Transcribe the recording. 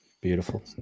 Beautiful